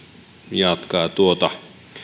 jatkaa tuota